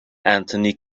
anthony